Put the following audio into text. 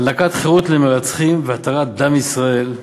הענקת חירות למרצחים והתרת דם ישראל,